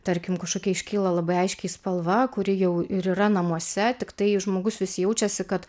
tarkim kažkokia iškyla labai aiškiai spalva kuri jau ir yra namuose tiktai žmogus visi jaučiasi kad